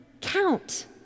count